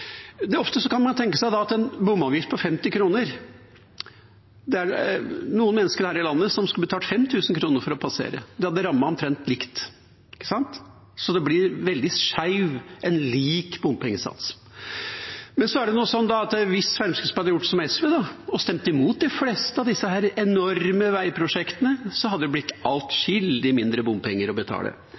Ofte kan man tenke at når det gjelder en bomavgift på 50 kr, er det noen mennesker her i landet som skulle betalt 5 000 kr for å passere. Det hadde rammet omtrent likt. Så det blir veldig skjevt med lik bompengesats. Hvis Fremskrittspartiet hadde gjort som SV og stemt imot de fleste av disse enorme veiprosjektene, hadde det blitt atskillig mindre bompenger å betale.